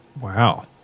Wow